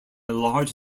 large